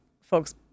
folks